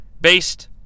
Based